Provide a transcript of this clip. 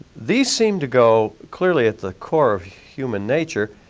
these seem to go clearly at the core of human nature,